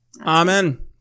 amen